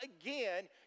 again